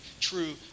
true